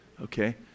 Okay